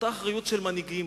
של מנהיגים